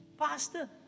Pastor